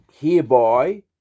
hereby